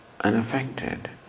unaffected